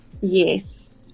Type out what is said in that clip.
Yes